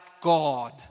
God